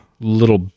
Little